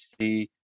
see